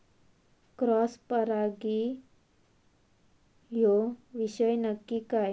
Cross परागी ह्यो विषय नक्की काय?